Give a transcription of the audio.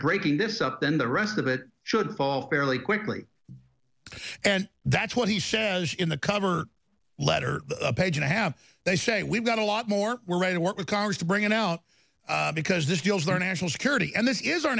breaking this up then the rest of it should fall fairly quickly and that's what he says in the cover letter a page and a half they say we've got a lot more we're ready to work with congress to bring it out because this deals our national security and this